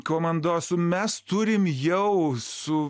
komandosų mes turim jau su